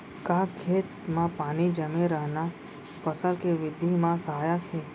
का खेत म पानी जमे रहना फसल के वृद्धि म सहायक हे?